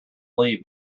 leave